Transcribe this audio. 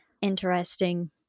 interesting